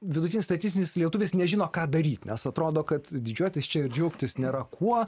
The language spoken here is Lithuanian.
vidutinis statistinis lietuvis nežino ką daryt nes atrodo kad didžiuotis čia ir džiaugtis nėra kuo